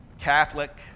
Catholic